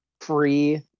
free